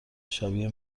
شبیه